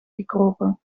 gekropen